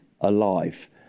alive